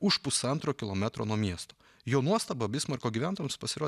už pusantro kilometro nuo miesto jo nuostaba bismarko gyventojams pasirodė